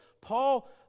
Paul